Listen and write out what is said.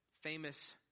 famous